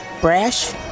brash